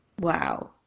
Wow